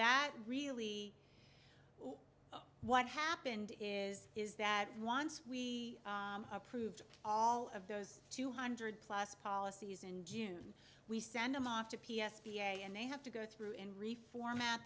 that really what happened is is that once we approved all of those two hundred plus policies in june we send them off to p s b a and they have to go through in re format